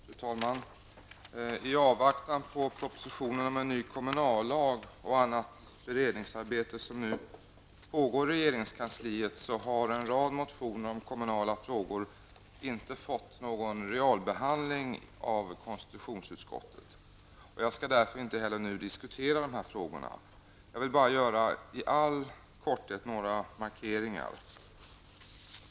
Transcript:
Fru talman! I avvaktan på propositionen om en ny kommunallag och annat beredningsarbete som nu pågår i regeringskansliet, har en rad motioner om kommunala frågor inte fått någon realbehandling av konstitutionsutskottet. Jag skall därför inte diskutera de här frågorna nu, utan bara göra några markeringar i all korthet.